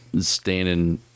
standing